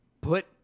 put